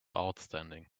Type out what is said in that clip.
outstanding